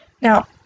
Now